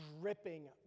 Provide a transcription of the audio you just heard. dripping